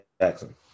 Jackson